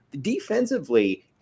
defensively